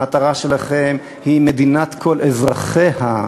המטרה שלכם היא מדינת כל אזרחיה,